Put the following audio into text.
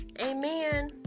Amen